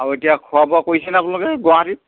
আৰু এতিয়া খোৱা বোৱা কৰিছেনে আপালোক গুৱাহাটীত